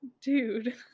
Dude